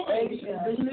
Asia